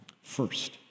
First